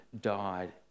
died